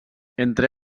entre